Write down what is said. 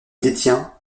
détient